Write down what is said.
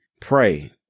pray